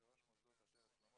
ראש מוסדות עטרת שלמה,